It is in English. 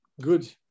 good